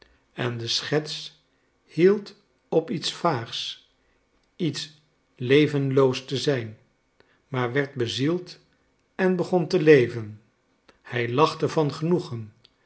en de schets hield op iets vaags iets levenloos te zijn maar werd bezield en begon te leven hij lachte van genoegen